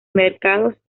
mercados